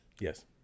Yes